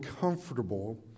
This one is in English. comfortable